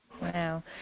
Wow